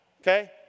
okay